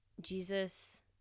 Jesus